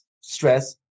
stress